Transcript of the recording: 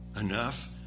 enough